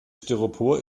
styropor